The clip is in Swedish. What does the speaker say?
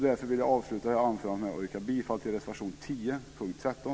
Därför vill jag avsluta det här anförandet med att yrka bifall till reservation 10 under punkt 13.